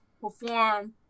perform